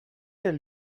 elle